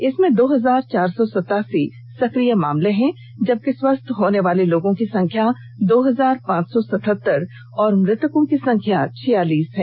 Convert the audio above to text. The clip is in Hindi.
इसमें दो हजार चार सौ सतासी सक्रिय मामले हैं जबकि स्वस्थ होने वाले लोगों की संख्या दो हजार पांच सौ सतहतर और मृतकों की संख्या छियालीस है